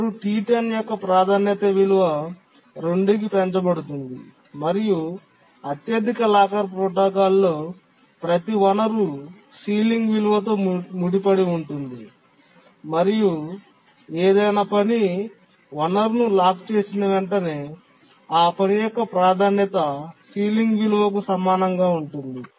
అప్పుడు T10 యొక్క ప్రాధాన్యత విలువ 2 కి పెంచబడుతుంది మరియు అత్యధిక లాకర్ ప్రోటోకాల్లో ప్రతి వనరు సీలింగ్ విలువతో ముడిపడి ఉంటుంది మరియు ఏదైనా పని వనరును లాక్ చేసిన వెంటనే ఆ పని యొక్క ప్రాధాన్యత సీలింగ్ విలువకు సమానంగా ఉంటుంది